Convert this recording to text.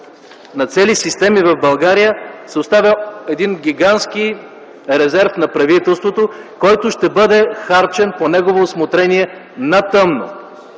на цели системи в България, се оставя един гигантски резерв на правителството, който ще бъде харчен по негово усмотрение на тъмно